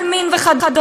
על מין וכדומה.